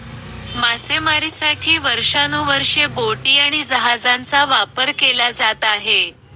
मासेमारीसाठी वर्षानुवर्षे बोटी आणि जहाजांचा वापर केला जात आहे